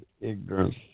ignorance